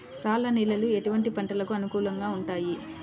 రాళ్ల నేలలు ఎటువంటి పంటలకు అనుకూలంగా ఉంటాయి?